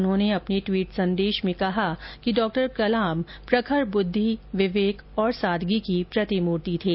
उन्होंने अपने ट्वीट संदेश में कहा कि डॉ कलाम प्रखर बुद्धि विवेक और सादगी की प्रतिमूर्ति थे